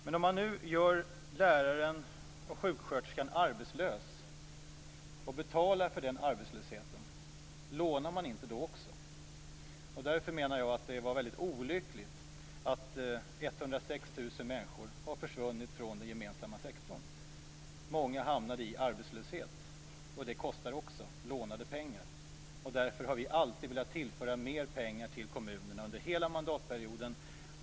Men om man nu gör läraren och sjuksköterskan arbetslösa och betalar för den arbetslösheten, lånar man inte då också? Därför menar jag att det är väldigt olyckligt att 106 000 människor har försvunnit från den gemensamma sektorn. Många har hamnat i arbetslöshet. Det kostar också, i lånade pengar. Därför har vi alltid velat tillföra mer pengar till kommunerna under hela mandatperioden.